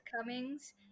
Cummings